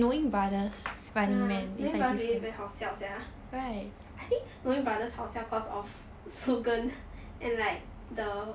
ah knowing brothers very 好笑: hao xiao sia I think knowing brothers 好笑: hao xiao cause of soo geun and like the